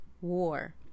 war